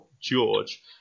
George